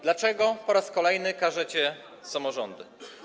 Dlaczego po raz kolejny karzecie samorządy?